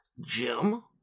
Jim